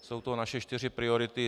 Jsou to naše čtyři priority.